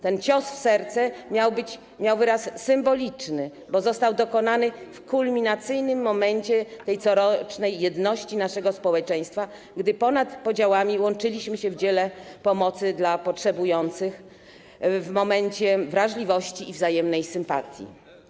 Ten cios w serce miał wyraz symboliczny, bo został dokonany w kulminacyjnym momencie tej corocznej jedności naszego społeczeństwa, gdy ponad podziałami łączyliśmy się w dziele pomocy dla potrzebujących, w momencie wrażliwości i wzajemnej sympatii.